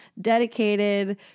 dedicated